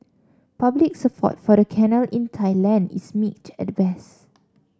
public support for the canal in Thailand is mixed at best